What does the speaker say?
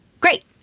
great